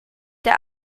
der